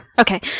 okay